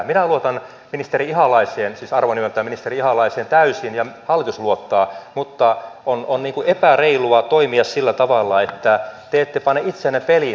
minä luotan ministeri ihalaiseen siis arvonimeltään ministeri ihalaiseen täysin ja hallitus luottaa mutta on epäreilua toimia sillä tavalla että te ette pane itseänne peliin tässä